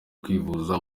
kwivuza